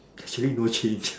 actually no change